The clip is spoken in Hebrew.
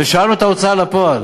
ושאלנו את ההוצאה לפועל: